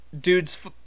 dude's